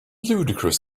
ludicrous